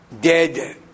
dead